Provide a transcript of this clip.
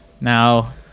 Now